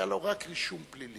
היה לו רק רישום פלילי.